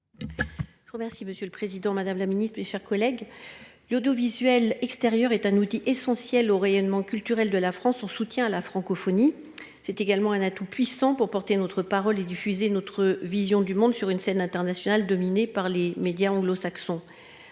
remercie Monsieur le Président Madame la Ministre, mes chers collègues. L'audiovisuel extérieur est un outil essentiel au rayonnement culturel de la France en soutien à la francophonie, c'est également un atout puissant pour porter notre parole est diffusé notre vision du monde sur une scène internationale dominée par les médias anglo-saxons